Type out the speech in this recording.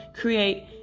create